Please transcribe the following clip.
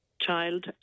child